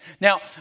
Now